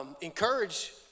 encourage